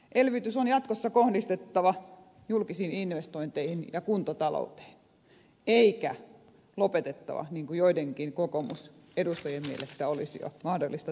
elvytys on jatkossa kohdistettava julkisiin investointeihin ja kuntatalouteen eikä sitä ole lopetettava niin kuin joidenkin kokoomusedustajien mielestä olisi jo mahdollista tehdä